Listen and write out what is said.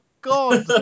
God